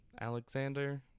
alexander